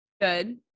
good